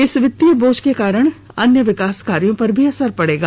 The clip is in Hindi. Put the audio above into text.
इस वित्तीय बोझ के कारण अन्य विकास कार्यां पर भी असर पड़ेगा